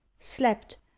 slept